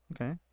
Okay